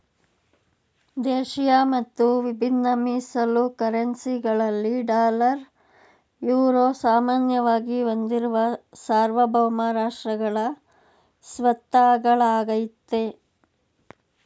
ದೇಶಿಯ ಮತ್ತು ವಿಭಿನ್ನ ಮೀಸಲು ಕರೆನ್ಸಿ ಗಳಲ್ಲಿ ಡಾಲರ್, ಯುರೋ ಸಾಮಾನ್ಯವಾಗಿ ಹೊಂದಿರುವ ಸಾರ್ವಭೌಮ ರಾಷ್ಟ್ರಗಳ ಸ್ವತ್ತಾಗಳಾಗೈತೆ